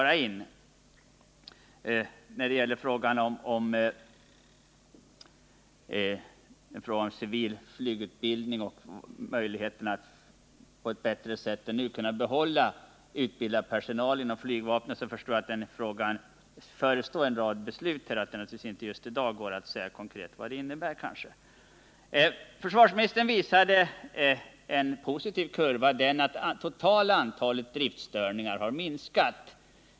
Jag förstår att det förestår en rad beslut i frågan om civil flygutbildning och möjligheterna att i större utsträckning än nu behålla utbildad personal inom flygvapnet och att det kanske inte redan i dag går att säga vilka de kommer att bli. Försvarsministern visade i ett diagram att det totala antalet driftstörningar har minskat.